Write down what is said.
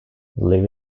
live